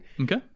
Okay